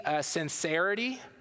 sincerity